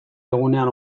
egunean